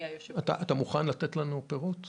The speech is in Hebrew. אתה מוכן לתת לנו פירוט?